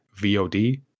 VOD